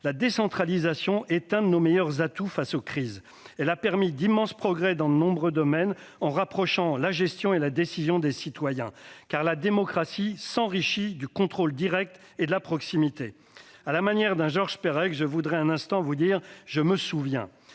la décentralisation est un de nos meilleurs atouts face aux crises. Elle a permis d'immenses progrès dans de nombreux domaines, en rapprochant des citoyens la gestion et la décision. En effet, la démocratie s'enrichit du contrôle direct et de la proximité. À la manière d'un Georges Perec, je voudrais un instant vous dire :« Je me souviens.